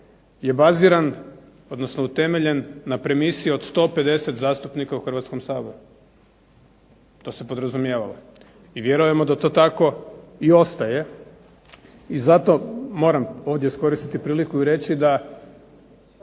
je baziran odnosno utemeljen na premisi od 150 zastupnika u Hrvatskom saboru. To se podrazumijevalo i vjerujemo da to tako ostaje i zato moram ovdje iskoristiti priliku i reći da